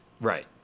right